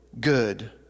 good